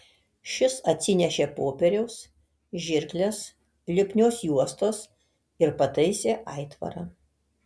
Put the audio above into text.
šis atsinešė popieriaus žirkles lipnios juostos ir pataisė aitvarą